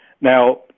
Now